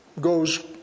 goes